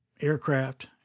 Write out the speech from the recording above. aircraft